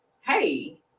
hey